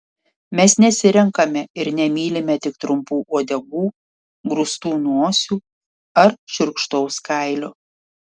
mes nesirenkame ir nemylime tik trumpų uodegų grūstų nosių ar šiurkštaus kailio